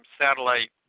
satellite